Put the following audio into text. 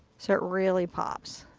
so it really pops.